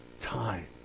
time